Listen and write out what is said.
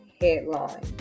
headline